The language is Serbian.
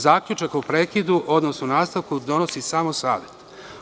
Zaključak o prekidu, odnosno nastavku donosi samo savet.